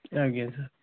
ଆଜ୍ଞା ସାର୍